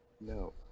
no